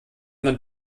man